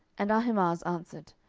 and ahimaaz answered,